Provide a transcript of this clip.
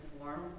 form